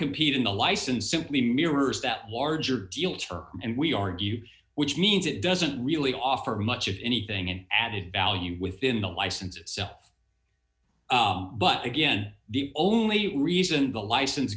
competing the license simply mirrors that larger deal terms and we argued which means it doesn't really offer much of anything in added value within the license itself but again the only reason the license